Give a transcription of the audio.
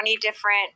different